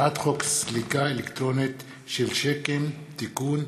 הצעת חוק סליקה אלקטרונית של שיקים (תיקון),